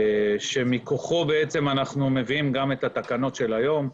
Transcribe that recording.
שמכוחו אנחנו מביאים גם את התקנות של היום.